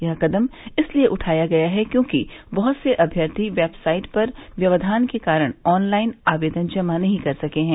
यह कदम इसलिए उठाया गया है क्योंकि बहुत से अम्यर्थी वेबसाइट पर व्यवधान के कारण ऑनलाइन आवेदन जमा नहीं कर सके हैं